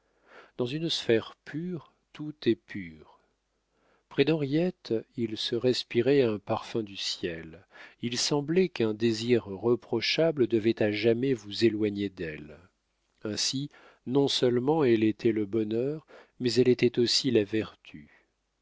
dans une sphère pure tout est pur près d'henriette il se respirait un parfum du ciel il semblait qu'un désir reprochable devait à jamais vous éloigner d'elle ainsi non-seulement elle était le bonheur mais elle était aussi la vertu